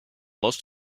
most